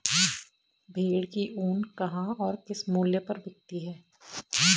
भेड़ की ऊन कहाँ और किस मूल्य पर बिकती है?